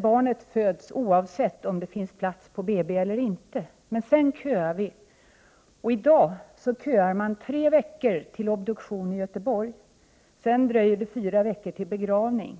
Barnet föds oavsett om det finns på plats på BB eller inte. Men sedan köar vi. I dag köar man tre veckor till en obduktion i Göteborg. Sedan dröjer det fyra veckor till begravningen.